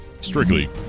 strictly